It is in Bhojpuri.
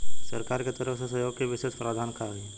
सरकार के तरफ से सहयोग के विशेष प्रावधान का हई?